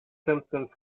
simpsons